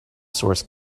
source